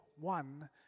one